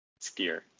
skier